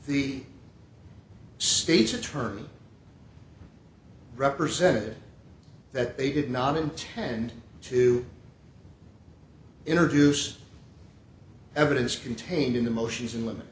the state's attorney represented that they did not intend to introduce evidence contained in the motions in limi